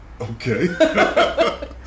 Okay